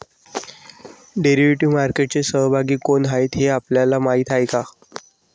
Derivative मार्केटचे सहभागी कोण आहेत हे आपल्याला माहित आहे का?